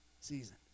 season